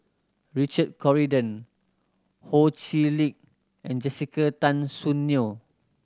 Richard Corridon Ho Chee Lick and Jessica Tan Soon Neo